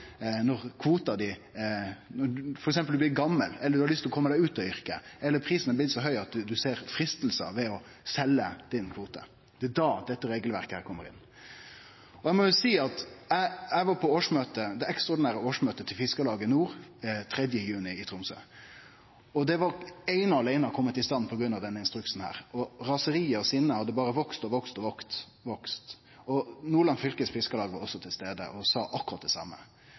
når ein blir gammal eller har lyst til å kome seg ut av yrket, eller prisen har blitt så høg at ein blir freista til å selje kvoten sin. Da kjem dette regelverket inn. Eg var på det ekstraordinære årsmøtet til Fiskarlaget Nord den 3. juni i Tromsø. Det var eine og aleine kome i stand på grunn av denne instruksen. Raseriet og sinnet hadde berre vokse og vokse. Nordland Fylkes Fiskarlag var også til stades og sa akkurat det same.